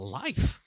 life